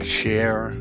share